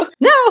no